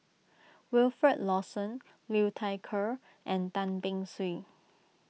Wilfed Lawson Liu Thai Ker and Tan Beng Swee